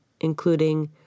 including